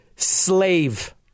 slave